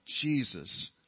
Jesus